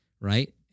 right